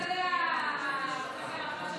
פנינה תמנו (המחנה הממלכתי): יש לי שאלה